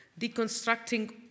deconstructing